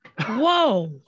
whoa